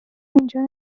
اینجا